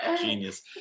genius